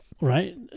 right